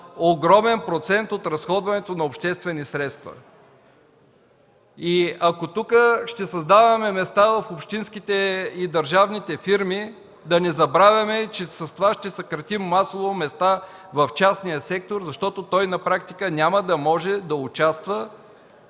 огромен процент от разходването на обществени средства. И ако тук ще създаваме места в общинските и държавните фирми, да не забравяме, че с това ще съкратим масово места в частния сектор, защото той на практика няма да може да участва